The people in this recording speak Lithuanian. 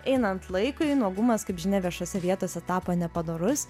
einant laikui nuogumas kaip žinia viešose vietose tapo nepadorus